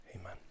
Amen